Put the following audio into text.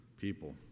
people